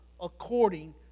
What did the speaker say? according